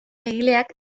egileak